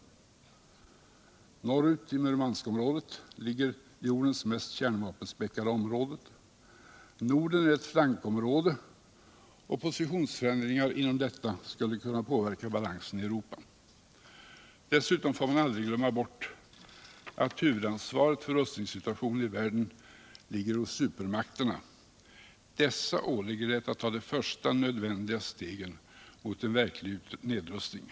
Norrut - i Murmanskområdet — ligger jordens mest kärnvapenspäckade område. Norden är ctt flankområde, och positionsförändringar inom detta skulle kunna påverka balansen i Europa. Dessutom får man aldrig glömma bort att huvudansvaret för rustningssituationen i världen ligger hos supermakterna. Dessa åligger det att ta de första nödvändiga stegen mot en verklig nedrustning.